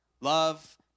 love